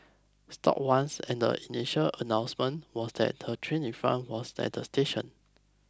stopped once and the initial announcement was that the train in front was at the station